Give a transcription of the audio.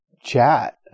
chat